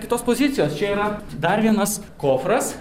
kitos pozicijos čia yra dar vienas kofras